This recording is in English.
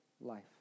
life